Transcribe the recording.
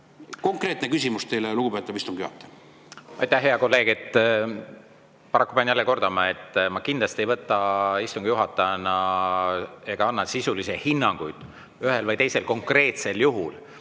Konkreetne küsimus teile, lugupeetav istungi juhataja.